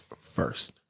first